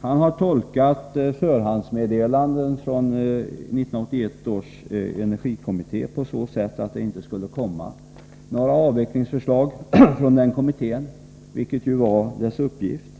Han har tolkat förhandsmeddelanden från 1981 års energikommitté så, att kommittén inte skulle lägga fram några avvecklingsförslag, vilket ju var dess uppgift.